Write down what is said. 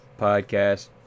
podcast